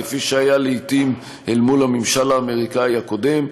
כפי שהיה לעתים אל מול הממשל האמריקני הקודם,